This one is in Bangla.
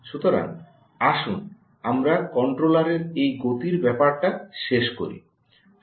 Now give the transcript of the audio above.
সুতরাং আসুন আমরা কন্ট্রোলারের এই গতির ব্যাপারটা শেষ করি